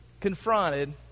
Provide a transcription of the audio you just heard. confronted